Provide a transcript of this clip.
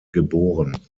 geboren